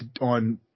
on